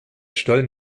stollen